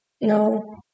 No